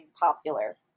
popular